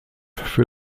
für